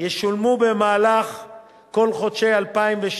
ישולמו בכל חודשי 2012,